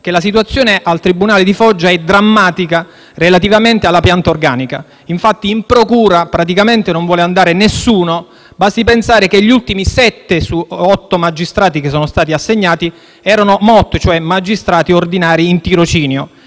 che la situazione al tribunale di Foggia è drammatica relativamente alla pianta organica. Infatti, in procura praticamente non vuole andare nessuno; basti pensare che gli ultimi sette su otto magistrati ivi assegnati erano MOT, ossia magistrati ordinari in tirocinio,